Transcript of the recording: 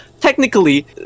technically